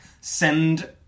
Send